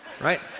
Right